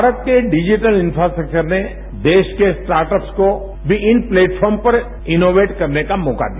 भारत के digital infrastructure ने देश के स्टार्टअप को इन प्लेटफार्म पर इनोवेट करने का मौका दिया